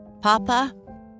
Papa